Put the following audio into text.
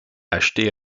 achetée